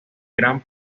gran